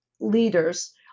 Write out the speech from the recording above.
leaders